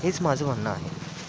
हेच माझं म्हणणं आहे